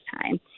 time